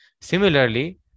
Similarly